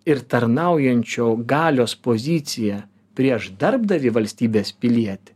ir tarnaujančio galios pozicija prieš darbdavį valstybės pilietį